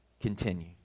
continue